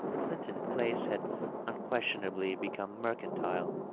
clinton place had unauestionably become mercantile.